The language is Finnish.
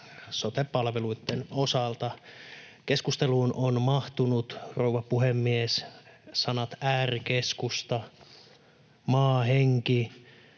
sote-palveluitten osalta. Keskusteluun ovat mahtuneet, rouva puhemies, sanat ”äärikeskusta” ja ”maahenki”,